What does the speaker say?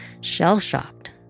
shell-shocked